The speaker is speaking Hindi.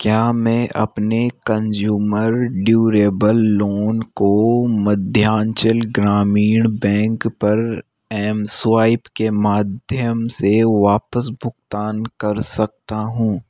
क्या मैं अपने कंज़्यूमर ड्यूरेबल लोन को मध्यांचल ग्रामीण बैंक पर एम स्वाइप के माध्यम से वापस भुगतान कर सकता हूँ